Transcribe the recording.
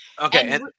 okay